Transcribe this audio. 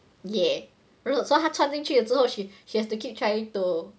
yeah 如果说他穿进去之后 she she has to keep trying to